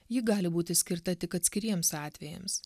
ji gali būti skirta tik atskiriems atvejams